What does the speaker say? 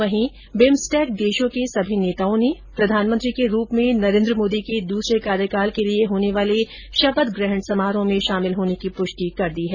वहीं बिम्सटेक देशों के सभी नेताओं ने प्रधानमंत्री के रूप में नरेंद्र मोदी के द्सरे कार्यकाल के लिए होने वाले शपथग्रहण समारोह में शामिल होने की पुष्टि कर दी है